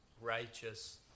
righteous